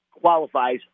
qualifies